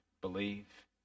believe